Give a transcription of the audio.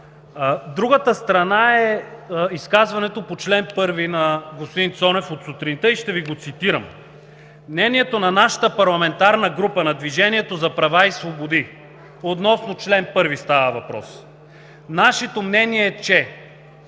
Другата страна е изказването по чл. 1 на господин Цонев от сутринта и ще Ви го цитирам: „Мнението на нашата парламентарна група, на „Движението за права и свободи“, относно чл. 1 става въпрос – нашето мнение е, че